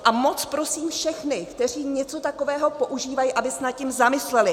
A moc prosím všechny, kteří něco takového používají, aby se nad tím zamysleli.